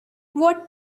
what